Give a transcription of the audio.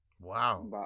wow